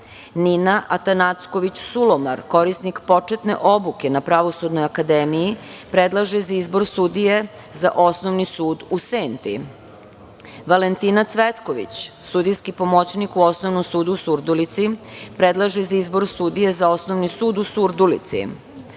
Nina Atanacković Sulomar, korisnik početne obuke na Pravosudnoj akademiji, predlaže za izbor sudije za Osnovni sud u Senti, Valentina Cvetković, sudijski pomoćnik u Osnovnom sudu u Surdulici, predlaže za izbor sudije za Osnovni sud u Surdulici,